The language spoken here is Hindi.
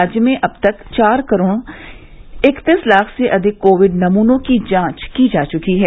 राज्य में अब तक चार करोड़ इकतीस लाख से अधिक कोविड नमूनों की जांच की जा चुकी है